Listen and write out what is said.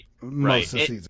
right